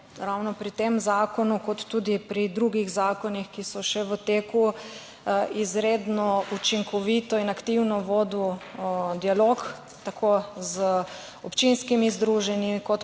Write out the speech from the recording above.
ravno pri tem zakonu, enako kot tudi pri drugih zakonih, ki so še v teku, izredno učinkovito in aktivno vodilo dialog tako z občinskimi združenji kot